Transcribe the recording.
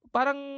parang